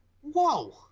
Whoa